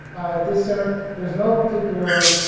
at the center there's no particular ah.